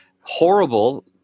horrible